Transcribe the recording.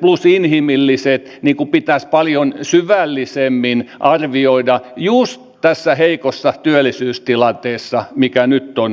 plus inhimilliset vaikutukset pitäisi paljon syvällisemmin arvioida just tässä heikossa työllisyystilanteessa mikä nyt on menossa